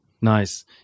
Nice